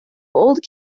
old